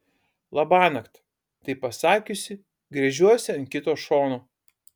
labanakt tai pasakiusi gręžiuosi ant kito šono